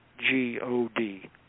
G-O-D